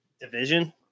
Division